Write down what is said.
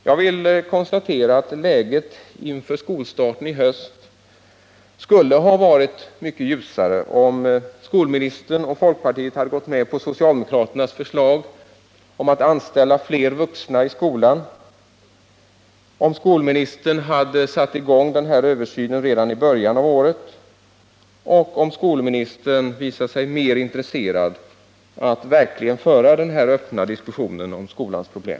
Jag vill konstatera att läget inför skolstarten i höst skulle ha varit mycket ljusare om skolministern och folkpartiregeringen hade gått med på socialdemokraternas förslag att anställa fler vuxna i skolan, om skolministern hade satt i gång denna översyn redan i början av året och om skolministern hade visat sig mer intresserad av att verkligen föra denna öppna diskussion om skolans problem.